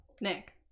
nick